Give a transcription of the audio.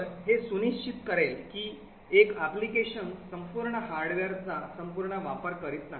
तर हे सुनिश्चित करेल की एक applications संपूर्ण हार्डवेअरचा संपूर्ण वापर करत नाही